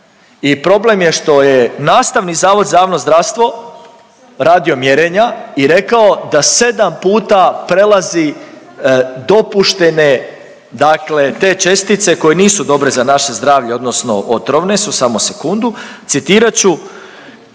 i problem je što je NZJZ radio mjerenja i rekao da 7 puta prelazi dopuštene dakle te čestice koje nisu dobre za naše zdravlje, odnosno otrovne su, samo sekundu, citirat ću,